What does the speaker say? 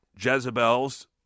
Jezebel's